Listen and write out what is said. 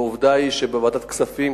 ועובדה היא שבוועדת הכספים,